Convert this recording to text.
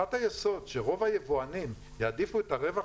והנחת היסוד שרוב היבואנים יעדיפו את הרווח